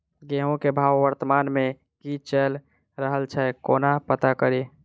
गेंहूँ केँ भाव वर्तमान मे की चैल रहल छै कोना पत्ता कड़ी?